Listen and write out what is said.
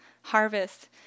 Harvest